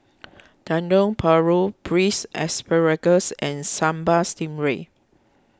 Dendeng Paru Braised Asparagus and Sambal Stingray